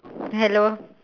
hello